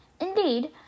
Indeed